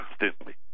constantly